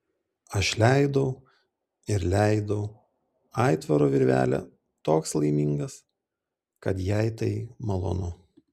aš leidau ir leidau aitvaro virvelę toks laimingas kad jai tai malonu